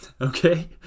Okay